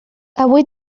avui